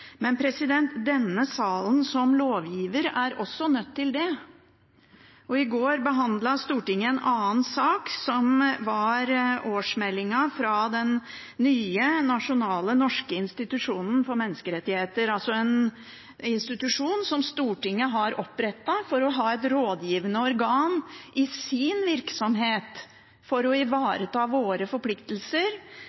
Denne salen, som lovgiver, er også nødt til det. I går behandlet Stortinget en annen sak, årsmeldingen fra den nye Norges nasjonale institusjon for menneskerettigheter – en institusjon som Stortinget har opprettet for å ha et rådgivende organ i sin virksomhet for å